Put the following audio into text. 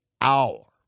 hour